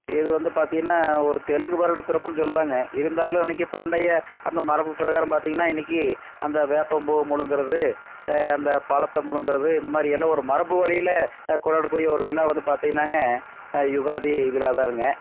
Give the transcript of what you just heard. இது வந்து பார்த்தினா ஒரு தெலுங்கு வருடப்பிறப்புன்னு சொல்லுவாங்க இருந்தாலும் அன்றைக்கு பண்டைய அந்த மரபு பிரகாரம் பார்த்திங்கன்னா இன்றைக்கி அந்த வேப்பம்பூ முழுங்கிறது அந்த பழத்தை முழுங்கிறது இந்தமாதிரி எல்லாம் ஒரு மரபு வழியில் கொண்டாக்கூடிய ஒரு விழா வந்து பார்த்திங்கன்னாங்க அது யுகாதி விழா தானுங்க